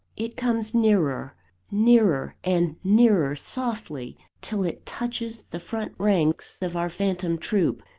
it comes nearer nearer and nearer softly, till it touches the front ranks of our phantom troop.